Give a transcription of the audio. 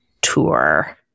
tour